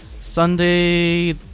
Sunday